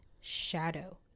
shadow